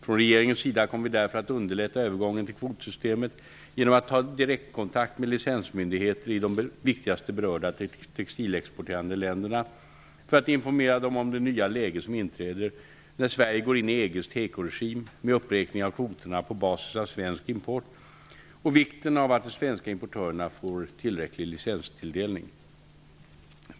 Från regeringens sida kommer vi därför att underlätta övergången till kvotsystemet genom att ta direktkontakt med licensmyndigheter i de viktigaste berörda textilexporterande länderna för att informera dem om det nya läge som inträder när Sverige går in i EG:s tekoregim med uppräkning av kvoterna på basis av svensk import och vikten av att de svenska importörerna får tillräcklig licenstilldelning.